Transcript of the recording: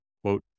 quote